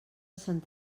sant